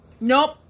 Nope